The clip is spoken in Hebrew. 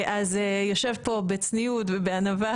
יושב פה בצניעות ובענווה